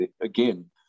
again